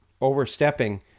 overstepping